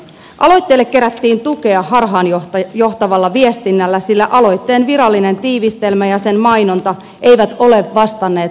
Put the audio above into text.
aloitteelle kerättiin tukea harhaanjohtavalla viestinnällä sillä aloitteen virallinen tiivistelmä ja sen mainonta eivät ole vastanneet aloitteen sisältöä